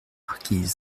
marquise